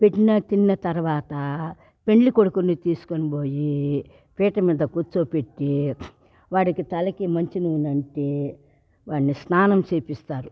పెట్టిన తిన్న తర్వాత పెండ్లి కొడుకును తీసుకొని బోయి పీట మీద కూర్చో పెట్టి వాడికి తలకి మంచి నూనె అంటి వాన్ని స్నానం చేయిస్తారు